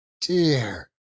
dear